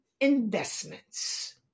investments